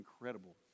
incredible